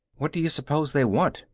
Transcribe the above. what do you suppose they want?